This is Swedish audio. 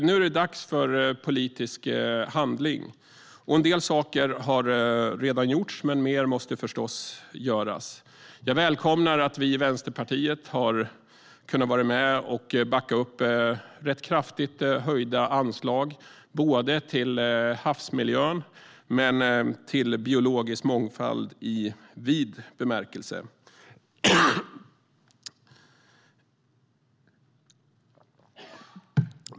Nu är det dags för politisk handling. En del har redan gjorts, men mer måste förstås göras. Jag välkomnar att vi i Vänsterpartiet har kunnat vara med och backa upp rätt kraftigt höjda anslag, både till havsmiljön och till biologisk mångfald i vid bemärkelse.